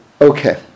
Okay